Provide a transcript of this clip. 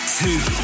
two